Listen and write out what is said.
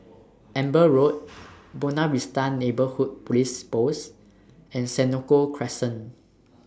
Amber Road Buona Vista Neighbourhood Police Post and Senoko Crescent